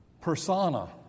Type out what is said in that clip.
persona